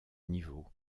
niveau